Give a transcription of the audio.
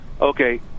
Okay